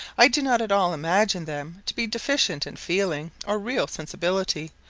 i do not at all imagine them to be deficient in feeling or real sensibility,